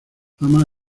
ama